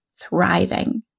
thriving